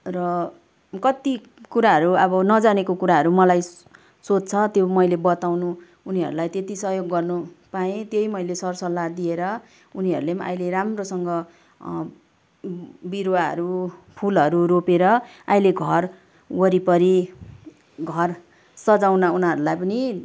र कति कुराहरू अब नजानेको कुराहरू मलाई सोध्छ त्यो मैले बताउनु उनीहरूलाई त्यति सहयोग गर्नु पाएँ त्यही मैले सर सल्लाह दिएर उनीहरूले पनि अहिले राम्रोसँग बिरुवाहरू फुलहरू रोपेर अहिले घर वरिपरि घर सजाउन उनीहरूलाई पनि